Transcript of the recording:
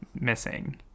missing